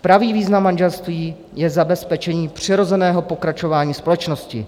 Pravý význam manželství je zabezpečení přirozeného pokračování společnosti.